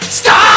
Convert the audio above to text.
stop